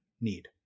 need